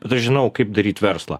bet aš žinojau kaip daryt verslą